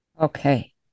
Okay